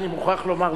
אני מוכרח לומר.